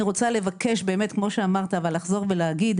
אני רוצה לחזור ולהגיד,